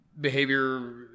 behavior